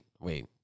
wait